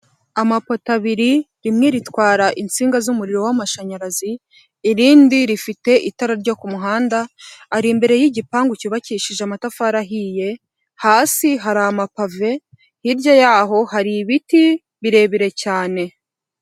Amapoto abiri rimwe ritwara insinga z'umuriro w'amashanyarazi, irindi rifite itara ryo ku muhanda ari imbere y'igipangu cyubakishije amatafari ahiye hasi hari amapave, hirya yaho hari ibiti birebire cyane.